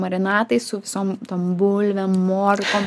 marinatais su visom tom bulvėm morkom